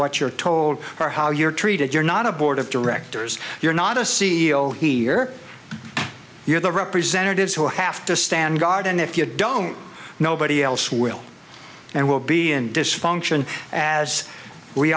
what you're told her how you're treated you're not a board of directors you're not a c e o or you're the representatives who have to stand guard and if you don't nobody else will and we'll be in dysfunction as we